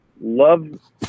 love